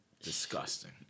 disgusting